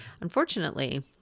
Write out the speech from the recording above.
Unfortunately